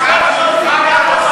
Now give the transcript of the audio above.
חבר'ה,